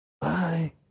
Bye